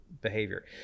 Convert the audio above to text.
behavior